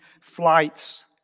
flights